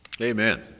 Amen